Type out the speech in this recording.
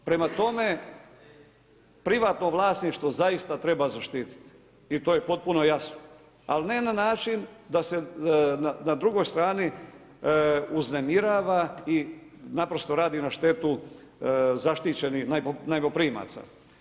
Prema tome, privatno vlasništvo zaista treba zaštiti i to je potpuno jasno, ali ne na način da se na drugoj strani uznemirava i naprosto radi na štetu zaštićenih najmoprimaca.